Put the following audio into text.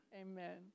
Amen